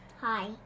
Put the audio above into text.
hi